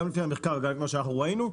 גם לפי המחקר וגם לפי מה שאנחנו ראינו,